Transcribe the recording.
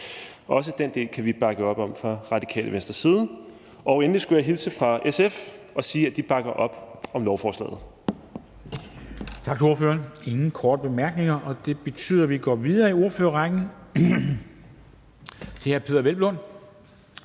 Også den del kan vi bakke op om fra Radikale Venstres side. Endelig skulle jeg hilse fra SF og sige, at de bakker op om lovforslaget.